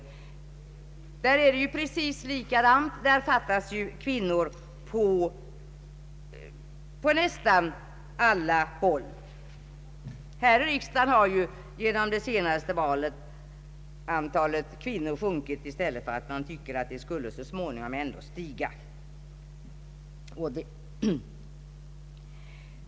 Där är det precis likadant. Det fattas kvinnor på nästan alla håll. Här i riks dagen har genom det senaste valet antalet kvinnor sjunkit i stället för att ändå så småningom stiga.